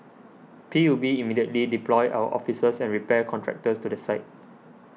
P U B immediately deployed our officers and repair contractors to the site